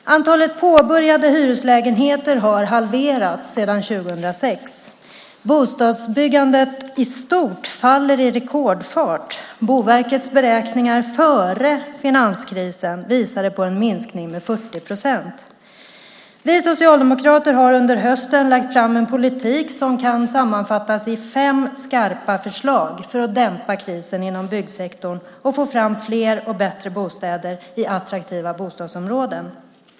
Antalet påbörjade hyreslägenheter har halverats sedan 2006. Bostadsbyggandet i stort faller i rekordfart. Boverkets beräkningar före finanskrisen visade på en minskning med 40 procent. Vi socialdemokrater har under hösten lagt fram en politik som kan sammanfattas i fem skarpa förslag för att dämpa krisen inom byggsektorn och få fram fler och bättre bostäder i attraktiva bostadsområden.